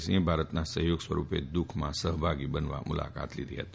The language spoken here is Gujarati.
સિંજે ભારતના સફયોગ સ્વરૂપે દુઃખમાં સફભાગી બનવા મુલાકાત લીધી ફતી